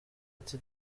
ati